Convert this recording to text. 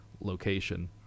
location